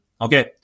okay